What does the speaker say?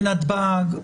בנתב"ג,